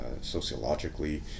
sociologically